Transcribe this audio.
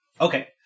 Okay